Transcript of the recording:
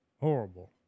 Horrible